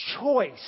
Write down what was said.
choice